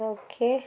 okay